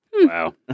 Wow